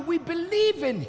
we believe in